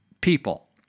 people